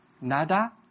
Nada